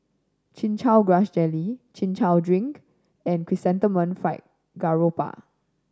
Chin Chow Grass Jelly Chin Chow drink and Chrysanthemum Fried Garoupa